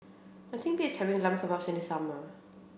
nothing beats having Lamb Kebabs in the summer